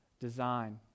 design